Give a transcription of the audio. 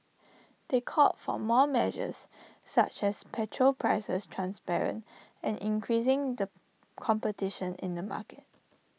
they called for more measures such as petrol prices transparent and increasing the competition in the market